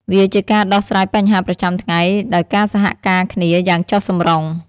វាជាការដោះស្រាយបញ្ហាប្រចាំថ្ងៃដោយការសហការគ្នាយ៉ាងចុះសម្រុង។